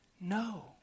No